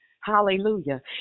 Hallelujah